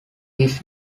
his